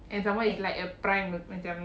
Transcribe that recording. and some more it's like a prime macam